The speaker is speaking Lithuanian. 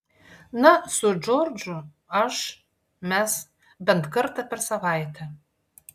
na su džordžu aš mes bent kartą per savaitę